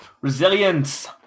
resilience